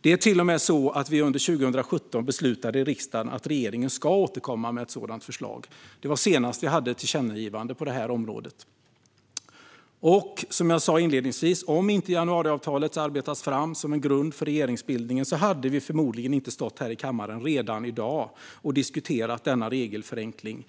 Det är till och med så att vi under 2017 beslutade i riksdagen att regeringen skulle återkomma med ett sådant förslag. Det var senast vi hade ett tillkännagivande på området. Som jag sa inledningsvis: Om inte januariavtalet hade arbetats fram som en grund för regeringsbildningen hade vi förmodligen inte stått här i kammaren redan i dag och diskuterat denna regelförenkling,